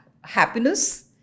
happiness